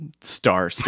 star